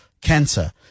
cancer